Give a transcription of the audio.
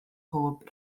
pob